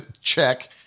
check